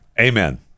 Amen